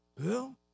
Bill